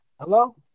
Hello